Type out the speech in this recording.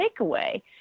takeaway